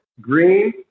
green